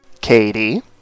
Katie